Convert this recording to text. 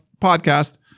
podcast